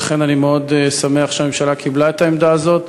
לכן, אני מאוד שמח שהממשלה קיבלה את העמדה הזאת.